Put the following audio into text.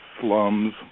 slums